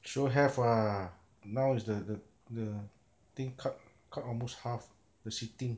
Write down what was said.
sure have what now is the the the thing cut cut almost half the seating